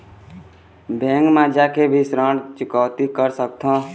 Bank मा जाके भी ऋण चुकौती कर सकथों?